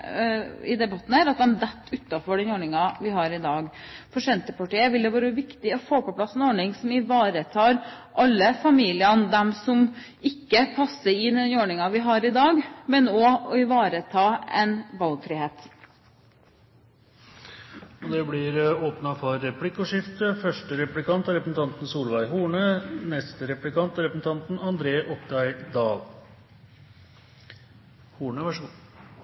denne debatten, at de detter utenfor den ordningen vi har i dag. For Senterpartiet vil det være viktig å få på plass en ordning som ivaretar alle familiene, også dem som ikke passer inn i den ordningen vi har i dag, men også å ivareta en valgfrihet. Det blir replikkordskifte. Ivareta alle familier, sier representanten